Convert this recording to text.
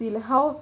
see how